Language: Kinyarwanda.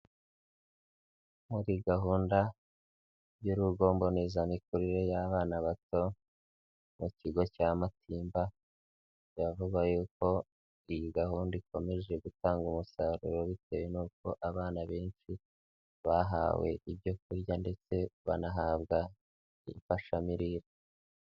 Muri gahunda y'urugo mbonezamikurire y'abana bato mu kigo cya Matimba biravugwa yuko iyi gahunda ikomeje gutanga umusaruro bitewe n'uko abana benshi bahawe ibyo kurya ndetse banahabwa imfashamirire.